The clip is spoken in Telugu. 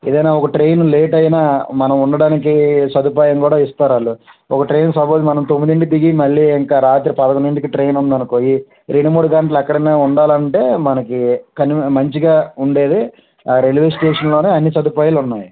ఏదన్న ఒక ట్రైన్ లేట్ అయినా మనం ఉండడానికి సదుపాయం కూడా ఇస్తారు వాళ్ళు ఒక ట్రైన్ సపోజ్ మనం తొమ్మిదింటికి దిగి మళ్ళీ ఇంకా రాత్రి పదకొండింటికి ట్రైన్ ఉందనుకో ఈ రెండు మూడు గంటల మనం అక్కడ ఉండాలంటే మనకి కన్వీ మంచిగా ఉండేదే ఆ రైల్వేస్టేషన్ లో అన్నీ సదుపాయాలు ఉన్నాయి